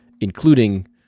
including